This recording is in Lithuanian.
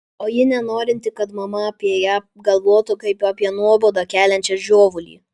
o ji nenorinti kad mama apie ją galvotų kaip apie nuobodą keliančią žiovulį